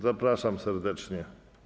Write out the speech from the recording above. Zapraszam serdecznie.